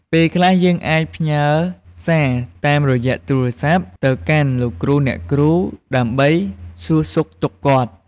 ពេលខ្លះយើងអាចផ្ញើរសាតាមរយៈទូរស័ព្ទទៅកាន់លោកគ្រូអ្នកគ្រូ ដើម្បីសួរសុខទុក្ខគាត់។